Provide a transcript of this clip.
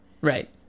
right